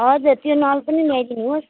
हजुर त्यो नल पनि ल्याइदिनुहोस्